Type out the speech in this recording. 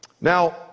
Now